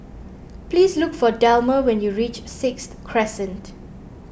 please look for Delmer when you reach Sixth Crescent